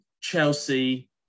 Chelsea